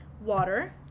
Water